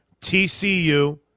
TCU